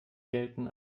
gelten